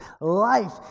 life